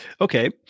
Okay